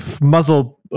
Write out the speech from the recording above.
muzzle